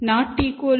b b